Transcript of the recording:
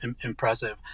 impressive